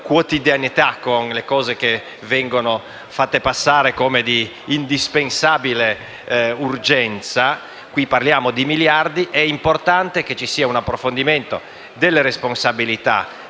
quotidianità, con le misure che vengono fatte passare come indispensabili e urgenti (mentre qui parliamo di miliardi), è importante che ci sia un approfondimento delle responsabilità